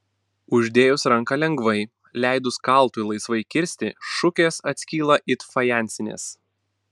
uždėjus ranką lengvai leidus kaltui laisvai kirsti šukės atskyla it fajansinės